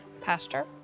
pasture